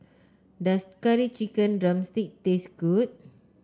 does Curry Chicken drumstick taste good